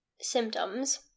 symptoms